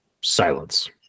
silence